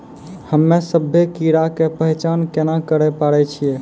हम्मे सभ्भे कीड़ा के पहचान केना करे पाड़ै छियै?